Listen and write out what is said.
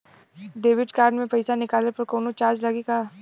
Debit card से पैसा निकलले पर कौनो चार्ज लागि का?